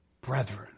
brethren